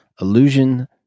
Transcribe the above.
Illusion